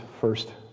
first